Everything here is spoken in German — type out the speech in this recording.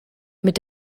mit